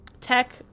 tech